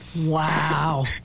Wow